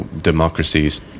democracies